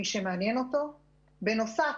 בנוסף,